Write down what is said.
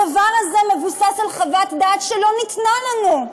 הדבר הזה מבוסס על חוות דעת שלא ניתנה לנו.